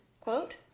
quote